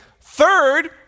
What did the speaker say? Third